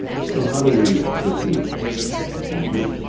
so how do we proceed angie.